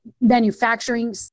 manufacturing